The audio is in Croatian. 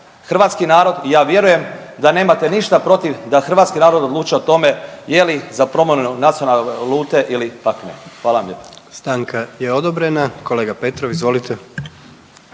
hrvatski narod i ja vjerujem da nemate ništa protiv da hrvatski narod odlučuje o tome je li za promjenu nacionalne valute ili pak ne. Hvala vam lijepo. **Jandroković, Gordan (HDZ)** Stanka je odobrena. Kolega Petrov, izvolite.